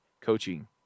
coaching